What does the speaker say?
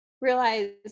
realize